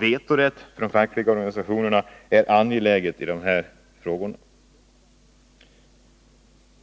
Vetorätt för de fackliga organisationerna är angelägen i dessa frågor.